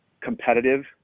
competitive